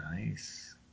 nice